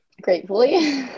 Gratefully